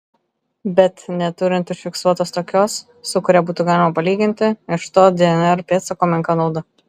bet neturint užfiksuotos tokios su kuria būtų galima palyginti iš to dnr pėdsako menka nauda